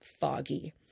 foggy